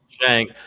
shang